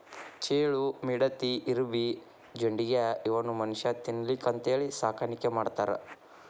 ಚೇಳು, ಮಿಡತಿ, ಇರಬಿ, ಜೊಂಡಿಗ್ಯಾ ಇವನ್ನು ಮನುಷ್ಯಾ ತಿನ್ನಲಿಕ್ಕೆ ಅಂತೇಳಿ ಸಾಕಾಣಿಕೆ ಮಾಡ್ತಾರ